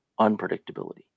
unpredictability